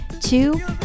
Two